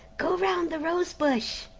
go round the rose-bush.